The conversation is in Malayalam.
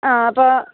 ആ അപ്പോള്